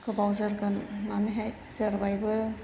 गोबाव जोरगोन होननानैहाय जोरबायबो